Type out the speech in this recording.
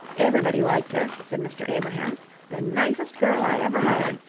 everybody liked her, said mr. abrahams the nicest girl i ever hired,